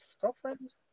girlfriend